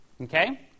okay